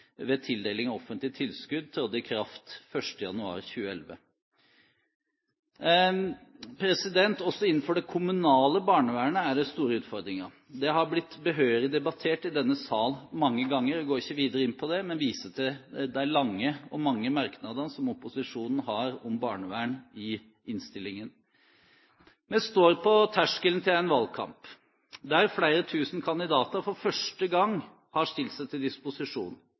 ved tildeling av offentlige tilskudd trådte i kraft 1. januar 2011. Også innenfor det kommunale barnevernet er det store utfordringer. Det har blitt behørig debattert i denne sal mange ganger, og jeg går ikke videre inn på det, men viser til de lange og mange merknadene som opposisjonen har om barnevern i innstillingen. Vi står på terskelen til en valgkamp, der flere tusen kandidater for første gang har stilt seg til disposisjon,